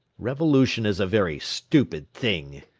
revolution is a very stupid thing!